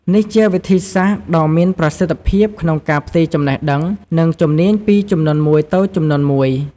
ក្រៅពីការអនុវត្តផ្ទាល់ ការរៀនតាមរយៈការសង្កេត ដើរតួនាទីយ៉ាងសំខាន់ក្នុងការផ្ទេរចំណេះដឹង និងជំនាញប៉ាក់-ឌិន។